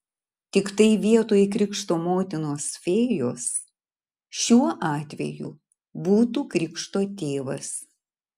tiktai vietoj krikšto motinos fėjos šiuo atveju būtų krikšto tėvas